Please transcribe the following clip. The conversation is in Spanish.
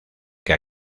que